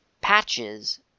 patches